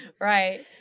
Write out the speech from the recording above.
right